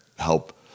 Help